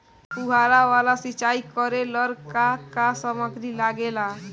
फ़ुहारा वाला सिचाई करे लर का का समाग्री लागे ला?